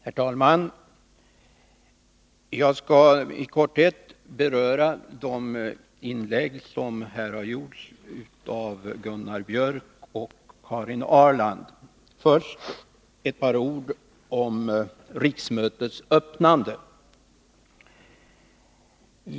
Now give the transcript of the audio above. Herr talman! Jag skall i korthet beröra de inlägg som här har gjorts av Gunnar Biörck i Värmdö och Karin Ahrland. Först ett par ord om riksmötets öppnande.